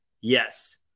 Yes